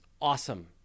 awesome